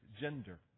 gender